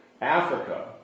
Africa